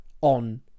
on